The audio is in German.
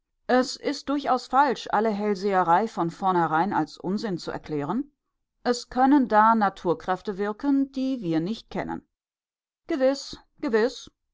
es ist durchaus falsch alle hellseherei von vornherein als unsinn zu erklären es können da naturkräfte wirken die wir nicht kennen gewiß gewiß